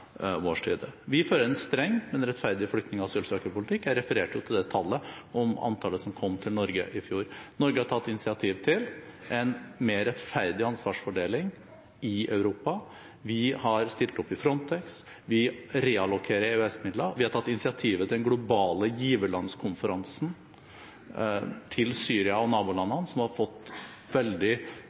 vår side. Vi fører en streng men rettferdig flyktning- og asylpolitikk. Jeg refererte til antallet mennesker som kom til Norge i fjor. Norge har tatt initiativ til en mer rettferdig ansvarsfordeling i Europa. Vi har stilt opp i Frontex, vi reallokerer EØS-midler, vi har tatt initiativ til den globale giverlandskonferansen til Syria og nabolandene, som har fått veldig